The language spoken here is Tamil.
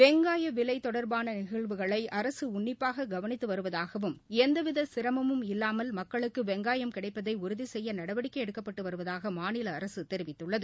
வெங்காய விலை தொடர்பான நிகழ்வுகளை அரசு உன்னிப்பாக கவனித்து வருவதாகவும் எந்தவித சிரமும் இல்லாமல் மக்களுக்கு வெங்காயம் கிடைப்பதை உறுதி செய்ய நடவடிக்கை எடுக்கப்பட்டு வருவதாக மாநில அரசு தெரிவித்துள்ளது